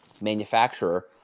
manufacturer